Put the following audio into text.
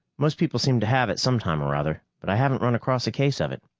most people seem to have it some time or other, but i haven't run across a case of it.